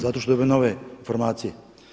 Zato što je dobio nove informacije.